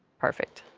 perfect.